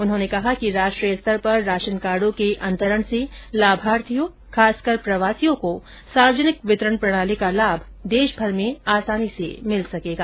उन्होंने कहा कि राष्ट्रीय स्तर पर राशनकार्डो के अंतरण से लाभार्थियों खासकर प्रवासियों को सार्वजनिक वितरण प्रणाली का लाभ देश भर में आसानी से मिल सकेगा